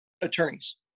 attorneys